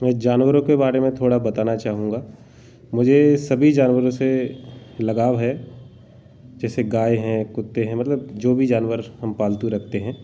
मैं जानवरों के बारे में थोड़ा बताना चाहूँगा मुझे सभी जानवरों से लगाव है जैसे गाय है कुत्ते है मतलब जो भी जानवर हम पालतू रखते हैं